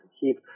keep